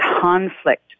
conflict